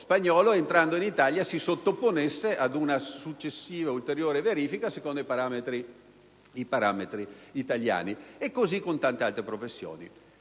spagnolo entrando in Italia si sottoponga ad una successiva ulteriore verifica secondo i parametri italiani. E ciò vale per tante altre professioni.